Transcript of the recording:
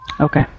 okay